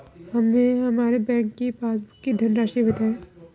हमें हमारे बैंक की पासबुक की धन राशि बताइए